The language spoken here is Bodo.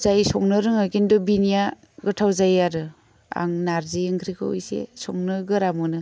जाय संनो रोङो खिन्थु बिनिया गोथाव जायो आरो आं नारजि ओंख्रिखौ एसे संनो गोरा मोनो